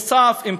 נוסף על כך,